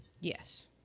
Yes